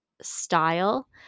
style